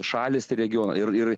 šalys regione ir ir